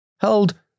held